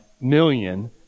million